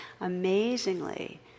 Amazingly